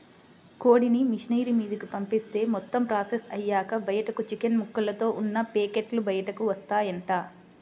కోడిని మిషనరీ మీదకు పంపిత్తే మొత్తం ప్రాసెస్ అయ్యాక బయటకు చికెన్ ముక్కలతో ఉన్న పేకెట్లు బయటకు వత్తాయంట